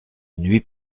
nuit